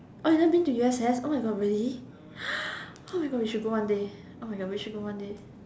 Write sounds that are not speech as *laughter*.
oh you've never been to U_S_S oh my god really *noise* oh my god we should go one day oh my god we should go one day